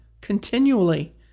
continually